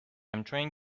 explain